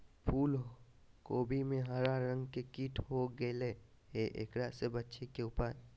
फूल कोबी में हरा रंग के कीट हो गेलै हैं, एकरा से बचे के उपाय?